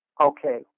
Okay